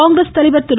காங்கிரஸ் தலைவர் திரு